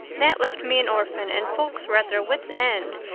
that left me an orphan and folks were at their wits' end,